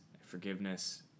forgiveness